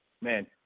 Man